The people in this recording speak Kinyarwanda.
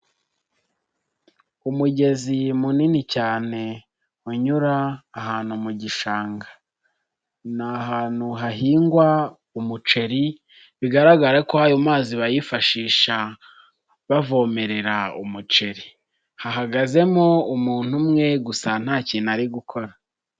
Umugezi munini cyane unyura ahantu mu gishanga, ni ahantu hahingwa umuceri bigaragara ko ayo mazi bayifashisha bavomerera umuceri, hahagazemo umuntu umwe gusa nta kintu ari gukora.